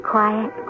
Quiet